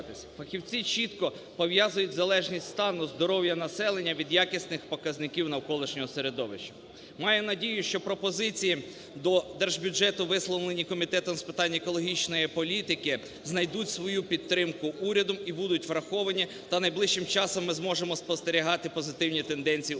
Фахівці чітко пов'язують залежність стану здоров'я населення від якісних показників навколишнього середовища. Маю надію, що пропозиції до держбюджету, висловлені Комітетом з питань екологічної політики, знайдуть свою підтримку урядом і будуть враховані, та найближчим часом ми зможемо спостерігати позитивні тенденції в